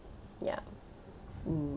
ya mm